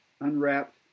unwrapped